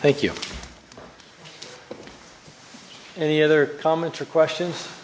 thank you any other comments or questions